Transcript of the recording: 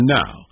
now